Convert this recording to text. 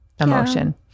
emotion